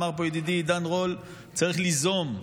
אמר פה ידידי עידן רול שצריך ליזום,